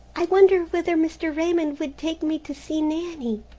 i wonder whether mr. raymond would take me to see nanny.